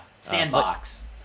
sandbox